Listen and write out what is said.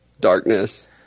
darkness